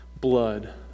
blood